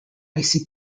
icy